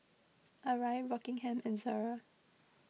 Arai Rockingham and Zara